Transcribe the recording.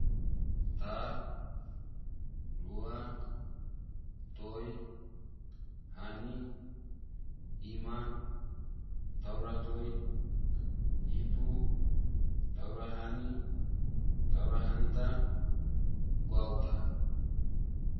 Ta. Rua. Toi. Hani. Ima. Taura toi. Hitu. Taura hani. Taura hani ta. Gwauta.